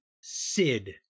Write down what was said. Sid